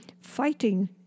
fighting